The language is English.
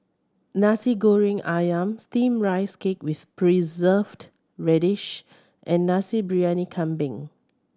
Nasi Goreng Ayam Steamed Rice Cake with Preserved Radish and Nasi Briyani Kambing